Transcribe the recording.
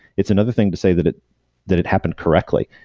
it's another thing to say that it that it happened correctly.